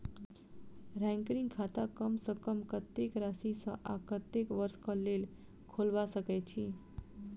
recurring खाता कम सँ कम कत्तेक राशि सऽ आ कत्तेक वर्ष कऽ लेल खोलबा सकय छी